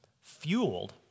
fueled